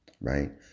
right